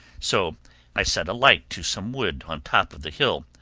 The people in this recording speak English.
so i set a light to some wood on top of the hill,